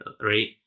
right